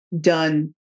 done